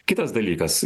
kitas dalykas